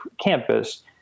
campus